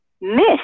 miss